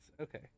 okay